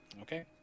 Okay